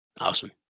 Awesome